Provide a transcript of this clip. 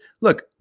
Look